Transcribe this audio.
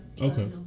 Okay